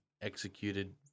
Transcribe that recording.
executed